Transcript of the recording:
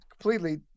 completely